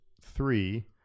three